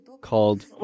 called